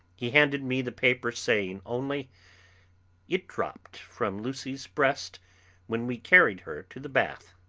he handed me the paper saying only it dropped from lucy's breast when we carried her to the bath.